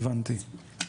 הבנתי.